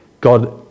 God